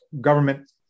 government